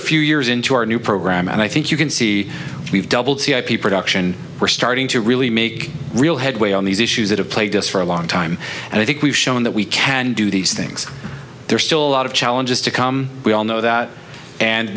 few years into our new program and i think you can see we've doubled the ip production we're starting to really make real headway on these issues that have plagued us for a long time and i think we've shown that we can do these things there are still a lot of challenges to come we all know that and